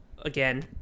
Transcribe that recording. again